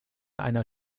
einer